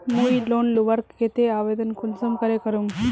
मुई लोन लुबार केते आवेदन कुंसम करे करूम?